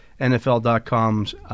NFL.com's